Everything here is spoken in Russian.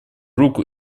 руку